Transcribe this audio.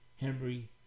Henry